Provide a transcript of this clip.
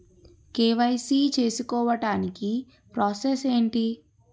KYC చేసుకోవటానికి process ఏంటి?